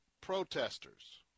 protesters